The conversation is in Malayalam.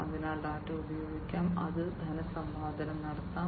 അതിനാൽ ഡാറ്റ ഉപയോഗിക്കാം അത് ധനസമ്പാദനം നടത്താം